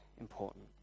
important